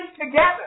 together